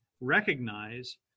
recognize